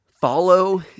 follow